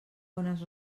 bones